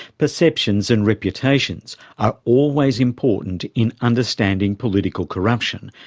perceptions and reputations are always important in understanding political corruption,